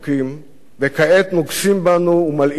וכעת נוגסים בנו ומלעיטים אותנו השכם